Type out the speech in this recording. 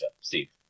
Steve